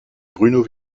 bruno